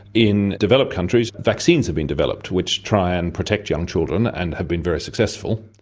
in developed countries vaccines have been developed which try and protect young children and have been very successful.